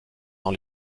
dans